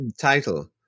title